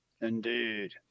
Indeed